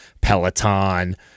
Peloton